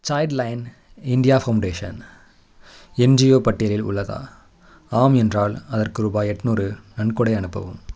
child line India foundation NGO பட்டியலில் உள்ளதா ஆம் என்றால் அதற்கு ரூபாய் எட்நூறு நன்கொடை அனுப்பவும்